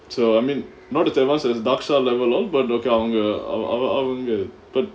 so I mean not as advanced as dakshar level all but okay அவங்க அவ அவங்க:avanga ava avanga